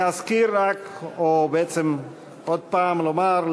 להזכיר רק או עוד הפעם לומר,